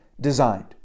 designed